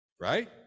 right